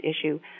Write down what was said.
issue